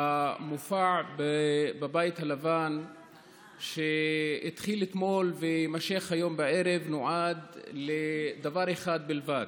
המופע בבית הלבן שהתחיל אתמול ויימשך היום בערב נועד לדבר אחד בלבד: